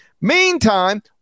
Meantime